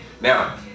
Now